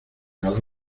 cada